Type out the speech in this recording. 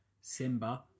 Simba